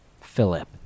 Philip